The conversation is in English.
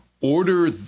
order